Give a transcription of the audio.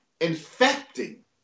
infecting